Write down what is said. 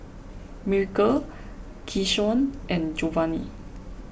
Miracle Keyshawn and Jovani